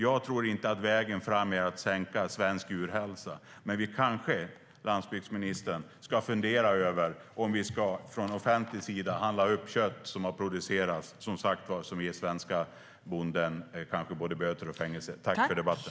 Jag tror inte att vägen fram är att sänka svensk djurhälsa, men vi kanske ska fundera över om vi verkligen från offentlig sida ska handla upp kött som har producerats på ett sätt som skulle kunna ge en svensk bonde böter eller fängelse.